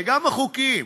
וגם החוקיים,